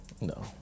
No